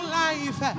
life